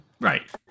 Right